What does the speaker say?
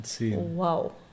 wow